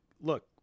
look